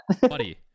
Buddy